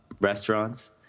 restaurants